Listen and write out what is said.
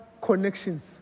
connections